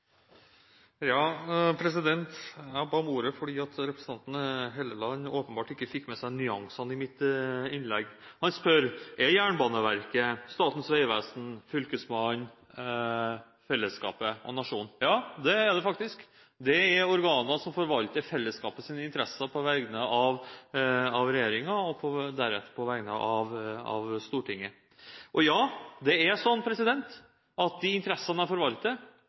Ja, det er de faktisk. Det er organer som forvalter fellesskapets interesser på vegne av regjeringen, og deretter på vegne av Stortinget. Og ja, det er sånn at de interessene